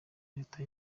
leta